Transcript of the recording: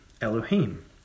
Elohim